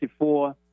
1964